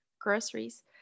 groceries